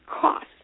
cost